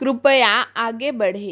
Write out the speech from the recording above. कृपया आगे बढ़ें